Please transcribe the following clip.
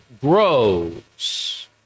grows